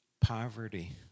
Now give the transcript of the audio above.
poverty